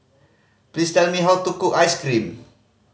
please tell me how to cook ice cream